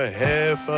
half